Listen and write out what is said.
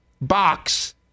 box